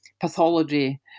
pathology